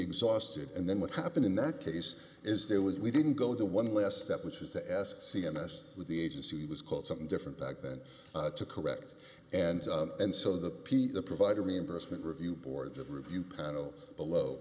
exhausted and then what happened in that case is there was we didn't go the one last step which is to ask cns with the agency was called something different back then to correct and and so the p to provide a reimbursement review board the review panel below